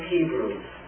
Hebrews